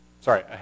sorry